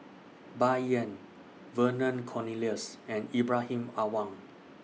Bai Yan Vernon Cornelius and Ibrahim Awang